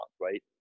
right